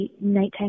nighttime